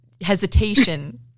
hesitation